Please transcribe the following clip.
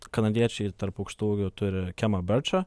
kanadiečiai tarp aukštaūgių turi kemą birčą